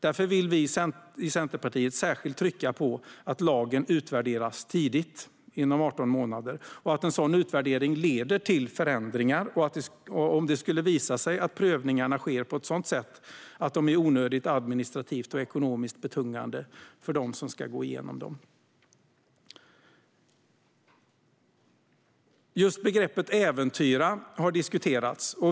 Därför vill vi i Centerpartiet särskilt trycka på att lagen ska utvärderas tidigt, inom 18 månader, och att en sådan utvärdering ska leda till förändringar om det skulle visa sig att prövningarna sker på ett sådant sätt att de administrativt och ekonomiskt är onödigt betungande för dem som ska gå igenom dem. Just begreppet äventyra har diskuterats.